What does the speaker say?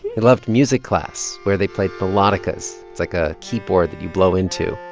he loved music class, where they played melodicas. it's like a keyboard that you blow into